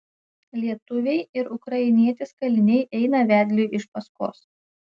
lietuviai ir ukrainietis kaliniai eina vedliui iš paskos